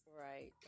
right